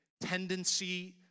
tendency